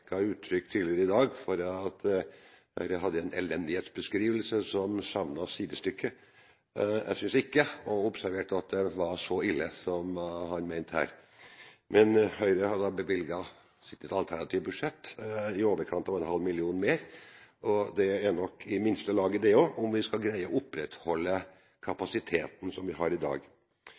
tidligere i dag ga uttrykk for at Høyre hadde en elendighetsbeskrivelse som savnet sidestykke. Jeg synes ikke å ha observert at det var så ille som han mente her, men Høyre har – i sitt alternative budsjett – bevilget i overkant av en halv milliard mer. Det er nok i minste laget det også, om vi skal greie å opprettholde kapasiteten vi har i dag.